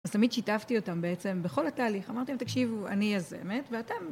אז תמיד שיתפתי אותם בעצם, בכל התהליך, אמרתי להם, תקשיבו, אני יזמת ואתם...